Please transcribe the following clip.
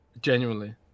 Genuinely